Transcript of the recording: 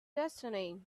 destiny